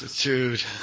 Dude